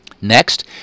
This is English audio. Next